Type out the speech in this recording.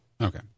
Okay